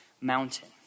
mountain